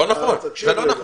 לא נכון.